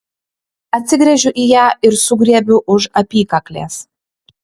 atsigręžiu į ją ir sugriebiu už apykaklės